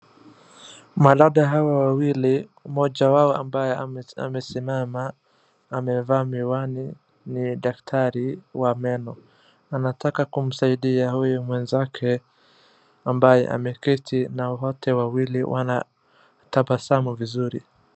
Madada hawa wawili mmoja wao ambaye amesimama amevaa miwani ni daktari wa meno anataka kumsaidia huyu mwenzake ambaye ameketi na wote wanatabasamu vizuri.